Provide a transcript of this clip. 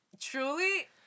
truly